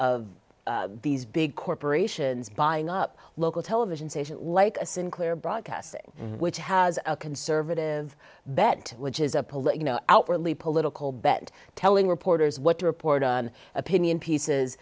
of these big corporations buying up local television stations like sinclair broadcasting which has a conservative bent which is a political outwardly political bet telling reporters what to report on opinion pieces